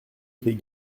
tes